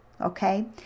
Okay